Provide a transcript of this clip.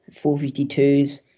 452s